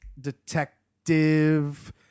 Detective